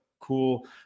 cool